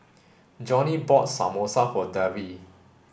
Johnny bought Samosa for Davey